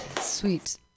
Sweet